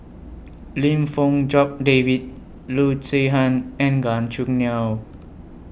Lim Fong Jock David Loo Zihan and Gan Choo Neo